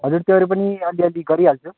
हजुर त्योहरू पनि अलि अलि गरिहाल्छु